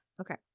okay